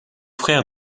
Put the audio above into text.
frère